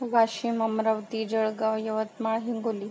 Washim Amravati Jalgaon Yavatmal Hingoli